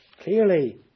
clearly